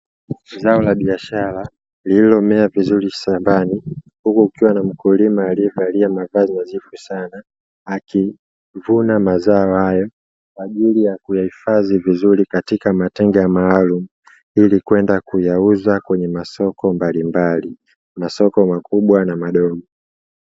Zao la biashara lililomea vizuri shambani, huku kukiwa na mkulima alievalia mavazi nadhifu sana, akivuna mazao hayo kwa ajili ya kuyahifadhi vizuri katika matenga maalumu, ili kwenda kuyauza kwenye masoko mbalimbali, masoko makubwa na madogo.